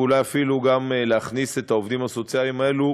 ואולי אפילו להכניס את העובדים הסוציאליים האלה,